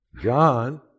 John